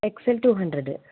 X L two hundred